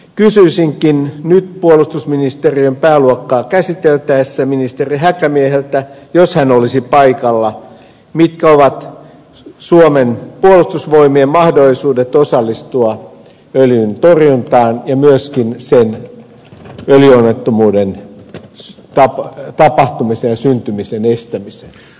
kysyisinkin nyt puolustusministeriön pääluokkaa käsiteltäessä ministeri häkämieheltä jos hän olisi paikalla mitkä ovat suomen puolustusvoimien mahdollisuudet osallistua öljyntorjuntaan ja myöskin sen öljyonnettomuuden tapahtumisen ja syntymisen estämiseen